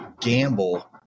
gamble